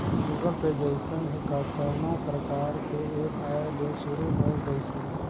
Google Pay जइसन ही कतनो परकार के ऐप आये ले शुरू होय गइसे